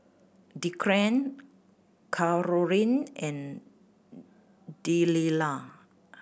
Declan Karolyn and Delilah